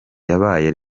yabaye